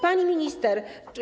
Pani Minister!